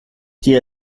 die